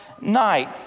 night